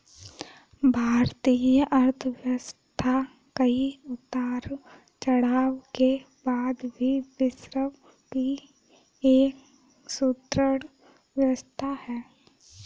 भारतीय अर्थव्यवस्था कई उतार चढ़ाव के बाद भी विश्व की एक सुदृढ़ व्यवस्था है